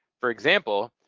for example,